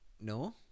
no